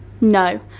No